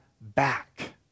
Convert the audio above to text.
back